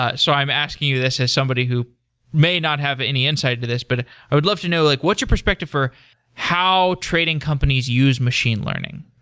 ah so i'm asking you this as somebody who may not have any insight to this, but i would love to know like what's your perspective for how trading companies use machine learning.